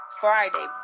Friday